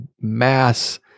mass